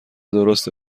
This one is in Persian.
درسته